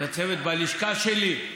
לצוות בלשכה שלי: